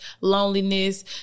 loneliness